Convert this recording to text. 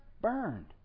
burned